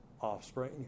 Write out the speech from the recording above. offspring